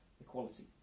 equality